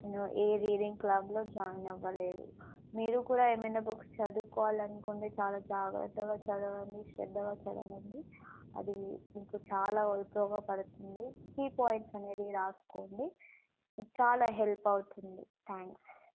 నేను ఏ రీడింగ్ క్లబ్లో జాయిన్ అవ్వలేదు మీరు కూడా ఏమైనా బుక్స్ చదువుకోవాలనుకుంటే చాలా జాగ్రత్తగా చదవండి శ్రద్ధగా చదవండి అది మీకు చాలా ఉపయోగపడుతుంది కీ పాయింట్స్ అనేది రాసుకోండి మీకు చాలా హెల్ప్ అవుతుంది థ్యాంక్స్